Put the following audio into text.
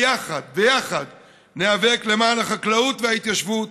יחד ניאבק למען החקלאות וההתיישבות